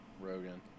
Rogan